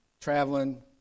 traveling